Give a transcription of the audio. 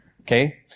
okay